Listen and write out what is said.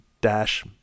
dash